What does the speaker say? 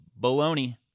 Baloney